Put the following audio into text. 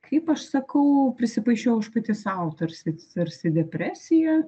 kaip aš sakau prisipaišiau aš pati sau tarsi tarsi depresiją